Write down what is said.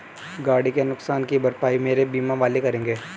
गाड़ी के नुकसान की भरपाई मेरे बीमा वाले करेंगे